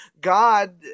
god